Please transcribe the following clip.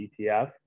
ETF